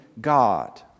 God